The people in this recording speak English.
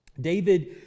David